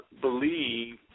believe